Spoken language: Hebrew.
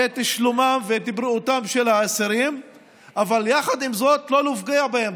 את שלומם ואת בריאותם של האסירים ויחד עם זאת לא לפגוע בהם.